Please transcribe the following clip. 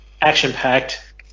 action-packed